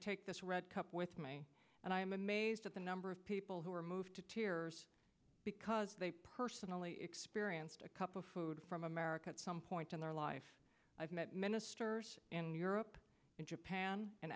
take this red cup with me and i am amazed at the number of people who are moved to tears because they personally experienced a cup of food from america some point in their life i've met ministers in europe and japan and